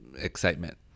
excitement